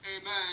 amen